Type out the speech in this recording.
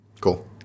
Cool